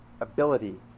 ability